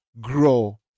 grow